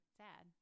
sad